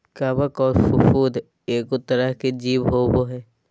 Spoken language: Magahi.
कवक आर फफूंद एगो तरह के जीव होबय हइ